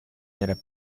era